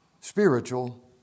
spiritual